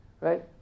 right